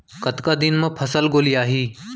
कतका दिन म फसल गोलियाही?